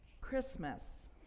Christmas